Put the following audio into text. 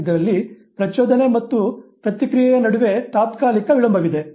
ಇದರಲ್ಲಿ ಪ್ರಚೋದನೆ ಮತ್ತು ಪ್ರತಿಕ್ರಿಯೆಯ ನಡುವೆ ತಾತ್ಕಾಲಿಕ ವಿಳಂಬವಿದೆ